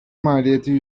maliyeti